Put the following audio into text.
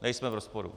Nejsme v rozporu.